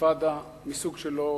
אינתיפאדה מסוג שלא